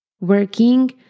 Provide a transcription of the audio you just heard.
working